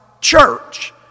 church